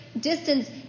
distance